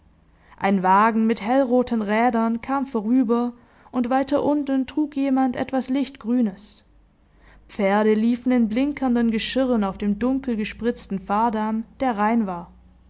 ein wagen mit hellroten rädern kam vorüber und weiter unten trug jemand etwas lichtgrünes pferde liefen in blinkernden geschirren auf dem dunkel gespritzten fahrdamm der rein war